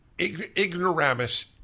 Ignoramus